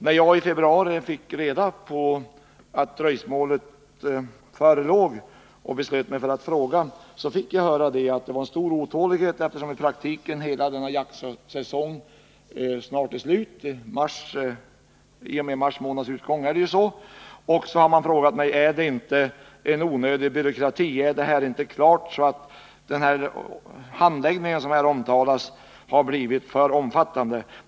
När jag i februari fick reda på att ett dröjsmål förelåg och beslöt mig för att fråga fick jag höra att det rådde stor otålighet, eftersom jaktsäsongen i praktiken är slut i och med mars månads utgång. Man har då frågat mig: Är det här inte en onödig byråkrati? Har inte den handläggning som har omtalats blivit för omfattande?